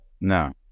No